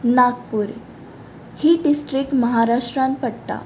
नागपूर ही डिस्ट्रीक्ट महाराष्ट्रान पडटा